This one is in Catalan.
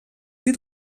dit